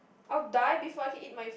I'll die before he hit my